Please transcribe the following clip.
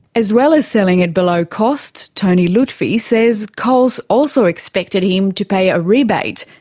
as well as selling at below cost, tony lutfi says coles also expected him to pay a rebate,